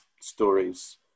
stories